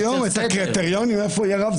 גם היום הקריטריונים איפה יהיה רב,